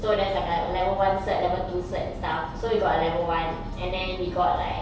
so there's like a level one cert level two cert and stuff so we got a level one and then we got like